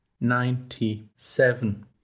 ninety-seven